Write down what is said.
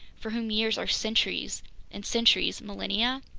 for whom years are centuries and centuries millennia?